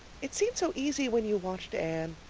it seemed so easy when you watched anne.